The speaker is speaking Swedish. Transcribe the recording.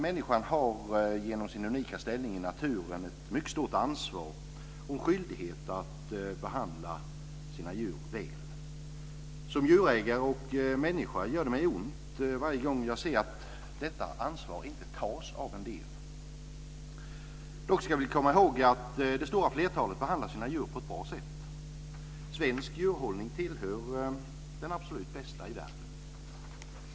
Människan har genom sin unika ställning i naturen ett mycket stort ansvar och en skyldighet att behandla sina djur väl. Som djurägare och människa gör det ont i mig varje gång jag ser att detta ansvar inte tas av en del. Dock ska vi komma ihåg att det stora flertalet behandlar sina djur på ett bra sätt. Svensk djurhållning tillhör de absolut bästa i världen.